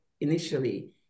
initially